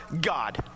God